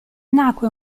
nacque